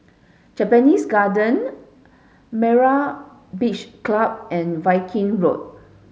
Japanese Garden Myra Beach Club and Viking Road